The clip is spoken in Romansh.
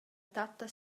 tatta